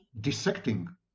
dissecting